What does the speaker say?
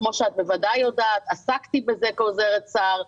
כמו שאת בוודאי יודעת, עסקתי בזה כעוזרת שר.